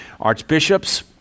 Archbishops